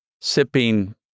sipping